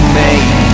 made